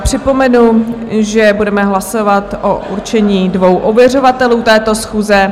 Připomenu, že budeme hlasovat o určení dvou ověřovatelů této schůze.